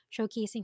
showcasing